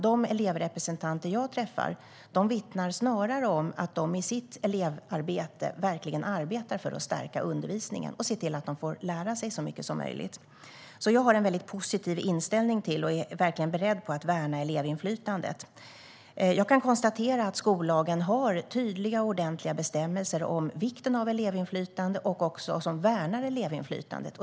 De elevrepresentanter jag träffar vittnar snarare om att de i sitt elevarbete verkligen arbetar för att stärka undervisningen och se till att de får lära sig så mycket som möjligt. Jag har alltså en positiv inställning till och är verkligen beredd att värna elevinflytandet. Jag kan konstatera att skollagen har tydliga och ordentliga bestämmelser om vikten av elevinflytande och som också värnar elevinflytandet.